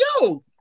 Yo